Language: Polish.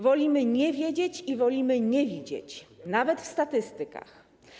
Wolimy nie wiedzieć i wolimy nie widzieć, nawet w statystykach.